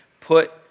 put